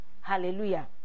Hallelujah